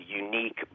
unique